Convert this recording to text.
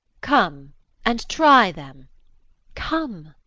come and try them come!